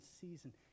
season